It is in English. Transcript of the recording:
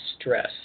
stress